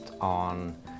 on